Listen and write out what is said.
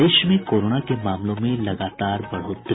प्रदेश में कोरोना के मामलों में लगातार बढ़ोतरी